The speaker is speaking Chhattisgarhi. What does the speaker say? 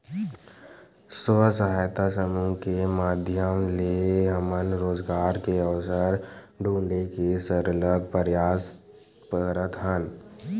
स्व सहायता समूह के माधियम ले हमन रोजगार के अवसर ढूंढे के सरलग परयास करत हन